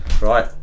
Right